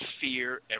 fear